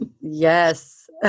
yes